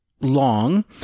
long